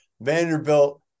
Vanderbilt